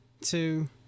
two